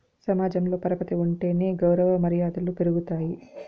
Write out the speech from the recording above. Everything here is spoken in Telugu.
సమాజంలో పరపతి ఉంటేనే గౌరవ మర్యాదలు పెరుగుతాయి